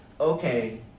okay